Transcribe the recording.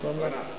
איך קוראים לה?